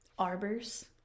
arbors